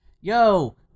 yo